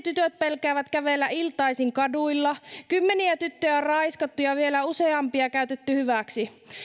tytöt pelkäävät kävellä iltaisin kaduilla kymmeniä tyttöjä on raiskattu ja vielä useampia käytetty hyväksi